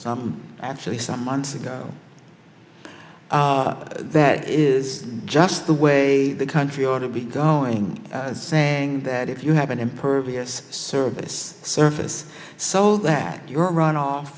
some actually some months ago that is just the way the country ought to be going saying that if you have an impervious service surface so that your runoff